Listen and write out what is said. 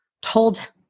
told